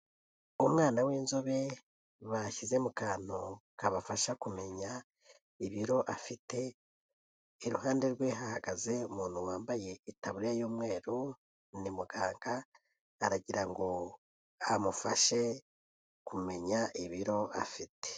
Umwana w'inzobe bashyize mu kantu kabafasha kumenya ibiro afite, iruhande rwe hahagaze umuntu wambaye itaburiya y'umweru ni muganga, aragira ngo amufashe kumenya ibiro afite.